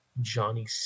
johnny